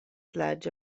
larĝe